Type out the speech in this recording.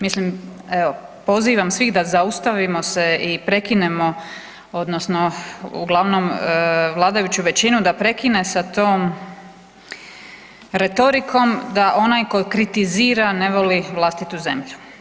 Mislim, evo, pozivam svih da zaustavimo se i prekinemo, odnosno uglavnom vladajuću većinu da prekine sa tom retorikom da onaj koji kritizira ne voli vlastitu zemlju.